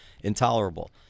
intolerable